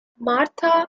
martha